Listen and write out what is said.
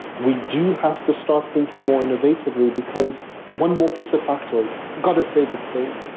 we do have to start thinking more innovatively because one more piece of factoid, got to say this dave,